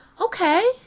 Okay